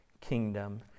kingdom